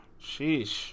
sheesh